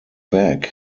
back